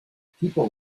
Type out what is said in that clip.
people